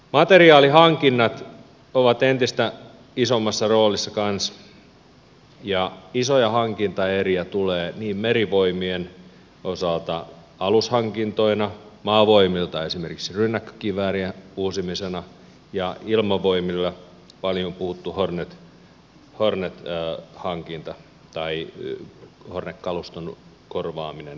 materiaalihankinnat ovat entistä isommassa roolissa kanssa ja isoja hankintaeriä tulee merivoimien osalta alushankintoina maavoimilta esimerkiksi rynnäkkökiväärien uusimisena ja ilmavoimilta paljon puhuttuna hornet kaluston korvaamisena jollakin